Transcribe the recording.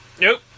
Nope